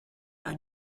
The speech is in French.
par